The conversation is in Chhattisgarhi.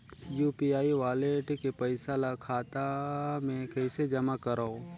यू.पी.आई वालेट के पईसा ल खाता मे कइसे जमा करव?